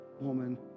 woman